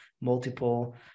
multiple